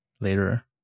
later